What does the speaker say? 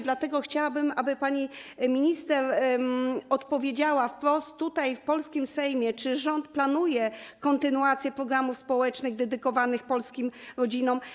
Dlatego chciałabym, aby pani minister odpowiedziała wprost, tutaj, w polskim Sejmie, czy rząd planuje kontynuację programów społecznych dedykowanych polskim rodzinom.